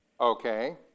Okay